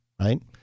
right